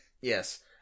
Yes